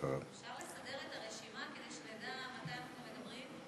אפשר לסדר את הרשימה כדי שנדע מתי אנחנו מדברים?